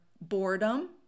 boredom